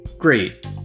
Great